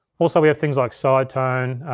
also we have things like sidetone.